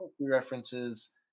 references